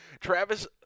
Travis